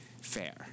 fair